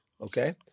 okay